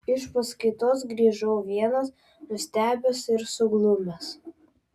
iš paskaitos grįžau vienas nustebęs ir suglumęs